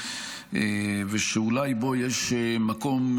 ושאולי בו יש מקום,